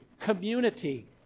community